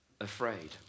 afraid